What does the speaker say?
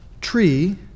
tree